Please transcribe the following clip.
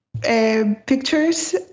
pictures